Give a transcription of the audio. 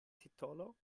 titolo